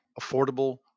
affordable